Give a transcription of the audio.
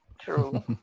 True